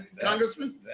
Congressman